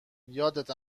یادت